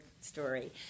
story